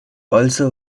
also